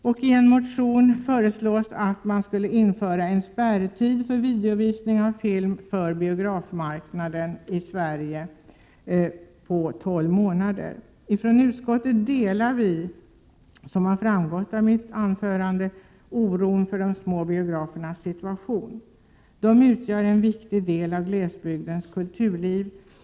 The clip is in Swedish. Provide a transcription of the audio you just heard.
I en motion föreslås därför att en s.k. spärrtid på tolv månader införs för videovisning av film avsedd för biografmarknaden i Sverige. I utskottet delar vi, som har framgått av mitt anförande, oron för de små biografernas situation. De utgör en viktig del av glesbygdens kulturliv.